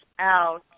out